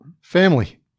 Family